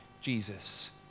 Jesus